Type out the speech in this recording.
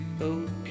okay